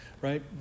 Right